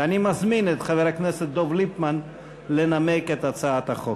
ואני מזמין את חבר הכנסת דב ליפמן לנמק את הצעת החוק.